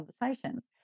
conversations